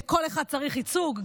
כל אחד צריך ייצוג,